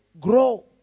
grow